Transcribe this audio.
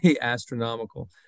astronomical